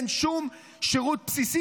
אין שום שירות בסיסי.